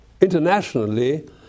internationally